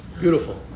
beautiful